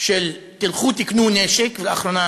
של "תלכו תקנו נשק", ולאחרונה